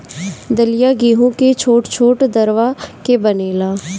दलिया गेंहू के छोट छोट दरवा के बनेला